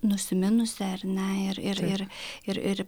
nusiminusi ar ne ir ir ir ir ir